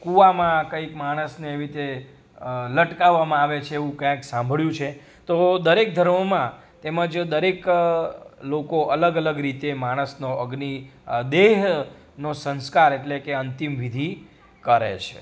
કૂવામાં કંઇક માણસને એવી રીતે લટકાવવામાં આવે છે એવું ક્યાંક સાંભળ્યું છે તો દરેક ધર્મોમાં તેમજ દરેક લોકો અલગ અલગ રીતે માણસનો અગ્નિ દેહનો સંસ્કાર એટલે કે અંતિમ વિધિ કરે છે